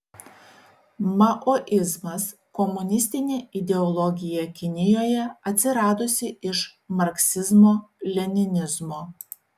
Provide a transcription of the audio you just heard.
maoizmas komunistinė ideologija kinijoje atsiradusi iš marksizmo leninizmo